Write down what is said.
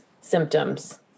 symptoms